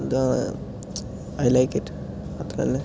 എന്താ I like it അത്രതന്നെ